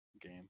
game